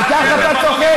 על כך אתה צוחק?